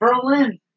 Berlin